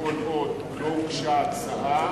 וכל עוד לא הוגשה הצעה,